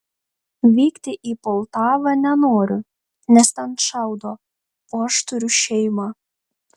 vykti į poltavą nenoriu nes ten šaudo o aš turiu šeimą